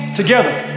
together